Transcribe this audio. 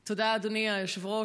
תודה, אדוני היושב-ראש.